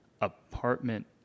apartment